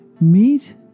Meet